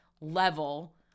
level